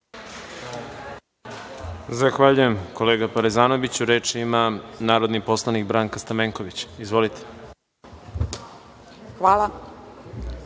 Zahvaljujem, kolega Parezanoviću. Reč ima narodni poslanik Branka Stamenković. Izvolite.